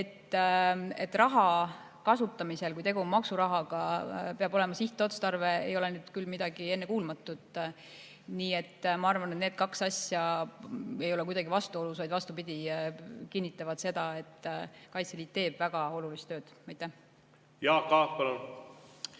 et raha kasutamisel, kui tegu on maksurahaga, peab olema sihtotstarve, ei ole nüüd küll midagi ennekuulmatut. Nii et ma arvan, et need kaks asja ei ole kuidagi vastuolus, vaid vastupidi, kinnitavad seda, et Kaitseliit teeb väga olulist tööd. Jaak Aab, palun!